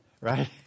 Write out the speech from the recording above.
Right